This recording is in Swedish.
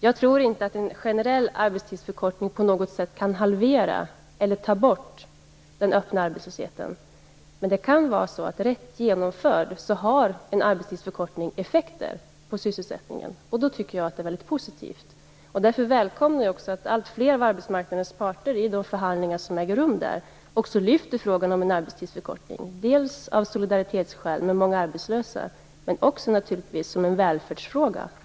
Jag tror inte att en generell arbetstidsförkortning på något sätt kan halvera eller ta bort den öppna arbetslösheten, men rätt genomförd kan en arbetstidsförkortning ha effekter på sysselsättningen, och då tycker jag att det är väldigt positivt. Därför välkomnar jag också att alltfler av arbetsmarknadens parter i de förhandlingar som äger rum också lyfter fram frågan om en arbetstidsförkortning, dels av solidaritet med de arbetslösa, dels som en välfärdsfråga.